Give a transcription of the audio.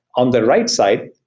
on the write side,